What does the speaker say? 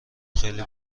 خیلی